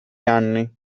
anni